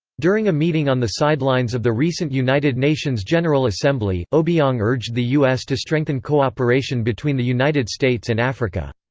during a meeting on the sidelines of the recent united nations general assembly, obiang urged the us to strengthen cooperation between the united states and africa.